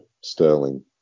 sterling